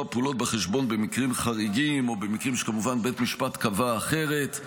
פעולות בחשבון במקרים חריגים או במקרים שכמובן בית המשפט יקבע אחרת.